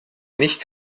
nicht